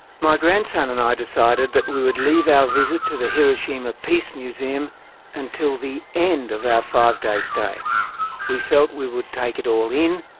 my grandson and i decided that we would leave our visit to the hiroshima peace museum until the end of our five day stay we felt we would take it all in,